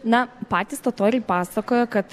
na patys totoriai pasakoja kad